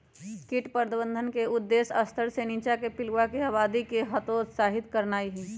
कीट प्रबंधन के उद्देश्य स्तर से नीच्चाके पिलुआके आबादी के हतोत्साहित करनाइ हइ